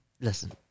Listen